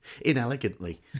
inelegantly